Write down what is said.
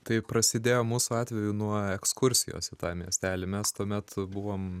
tai prasidėjo mūsų atveju nuo ekskursijos į tą miestelį mes tuomet buvom